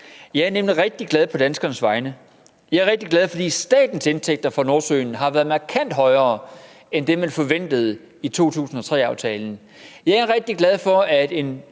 Jeg er nemlig rigtig glad på danskernes vegne. Jeg er rigtig glad, fordi statens indtægter fra Nordsøen har været markant højere end det, man forventede i 2003-aftalen. Jeg er rigtig glad for, at en